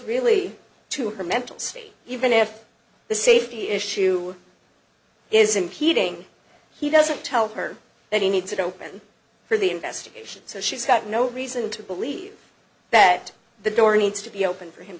really to her mental state even if the safety issue isn't heating he doesn't tell her that he needs it open for the investigation so she's got no reason to believe that the door needs to be opened for him